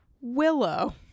willow